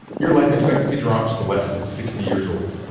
your life expectancy drops to less than sixty years old.